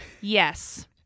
yes